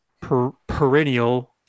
perennial